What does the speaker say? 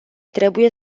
trebuie